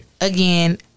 Again